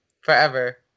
Forever